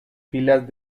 filas